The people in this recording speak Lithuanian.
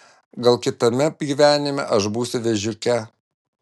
gal kitame gyvenime aš būsiu vėžiuke